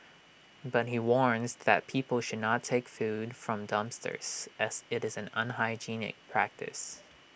but he warns that people should not take food from dumpsters as IT is an unhygienic practice